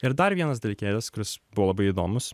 ir dar vienas dalykėlis kuris buvo labai įdomus